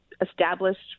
established